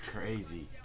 crazy